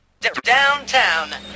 Downtown